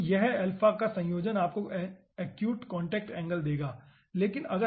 तो अल्फा का यह संयोजन आपको एक्यूट कॉन्टैक्ट एंगल देगा ठीक है